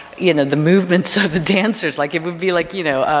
you know, the movements of the dancers, like it would be like, you know,